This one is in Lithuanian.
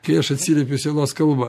kai aš atsiliepiu sielos kalba